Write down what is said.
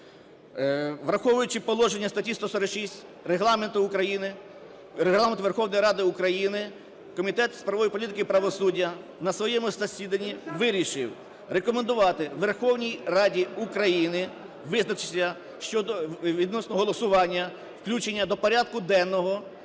Враховуючи положення статті 146 Регламенту України… Регламенту Верховної Ради України, Комітет з правової політики і правосуддя на своєму засіданні вирішив рекомендувати Верховній Раді України визначитися відносно голосування включення до порядку денного